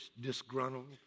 disgruntled